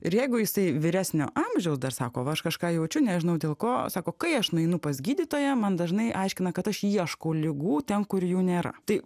ir jeigu jisai vyresnio amžiaus dar sako va aš kažką jaučiu nežinau dėl ko sako kai aš nueinu pas gydytoją man dažnai aiškina kad aš ieškau ligų ten kur jų nėra tai